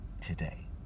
today